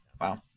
wow